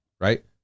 right